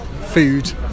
food